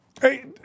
Hey